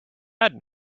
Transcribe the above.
bad